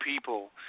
people